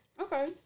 Okay